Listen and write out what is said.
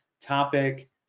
topic